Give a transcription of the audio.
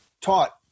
taught